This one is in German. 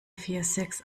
viersechs